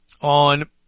on